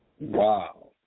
Wow